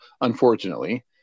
unfortunately